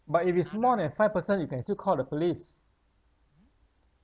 but if it's more than five person you can still call the police